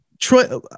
Troy